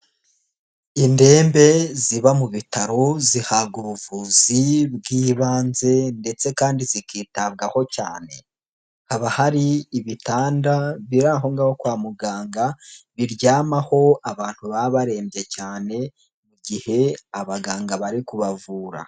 Indembe ziba mu bitaro zihabwa ubuvuzi bw'ibanze ndetse kandi zikitabwaho cyane. Haba hari ibitanda biri aho ngaho kwa muganga, biryamaho abantu baba barembye cyane, igihe abaganga bari kubavura.